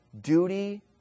Duty